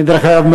דרך אגב,